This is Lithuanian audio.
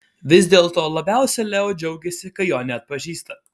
vis dėlto labiausiai leo džiaugiasi kai jo neatpažįsta